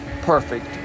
perfect